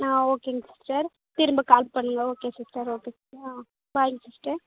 ஆ ஓகேங்க சிஸ்டர் திரும்ப கால் பண்ணுங்க ஓகே சிஸ்டர் ஓகே சிஸ்டர் ஆ பாய்ங்க சிஸ்டர்